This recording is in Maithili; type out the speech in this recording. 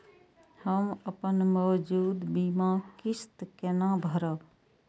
हम अपन मौजूद बीमा किस्त केना भरब?